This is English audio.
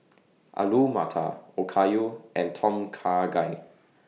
Alu Matar Okayu and Tom Kha Gai